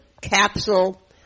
capsule